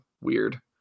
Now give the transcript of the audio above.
weird